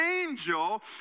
angel